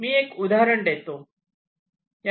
मी एक एक उदाहरण देतो